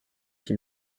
qui